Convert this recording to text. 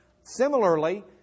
Similarly